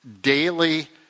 Daily